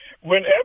whenever